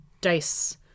dice